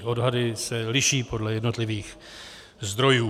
Odhady se liší podle jednotlivých zdrojů.